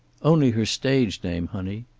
only her stage name, honey.